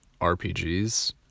RPGs